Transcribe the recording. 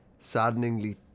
saddeningly